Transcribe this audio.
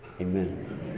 Amen